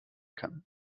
kann